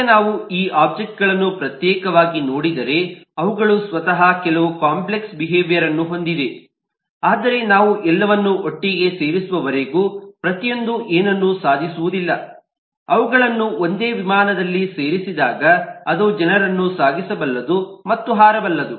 ಈಗ ನಾವು ಈ ಒಬ್ಜೆಕ್ಟ್ಗಳನ್ನು ಪ್ರತ್ಯೇಕವಾಗಿ ನೋಡಿದರೆ ಅವುಗಳು ಸ್ವತಃ ಕೆಲವು ಕಾಂಪ್ಲೆಕ್ಸ್ ಬಿಹೇವಿಯರ್ ಅನ್ನು ಹೊಂದಿವೆ ಆದರೆ ನಾವು ಎಲ್ಲವನ್ನೂ ಒಟ್ಟಿಗೆ ಸೇರಿಸುವವರೆಗೂ ಪ್ರತಿಯೊಂದು ಏನನ್ನೂ ಸಾಧಿಸುವುದಿಲ್ಲ ಅವುಗಳನ್ನು ಒಂದೇ ವಿಮಾನದಲ್ಲಿ ಸೇರಿಸಿದಾಗ ಅದು ಜನರನ್ನು ಸಾಗಿಸಬಲ್ಲದು ಮತ್ತು ಹಾರಬಲ್ಲದು